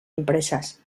empresas